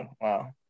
wow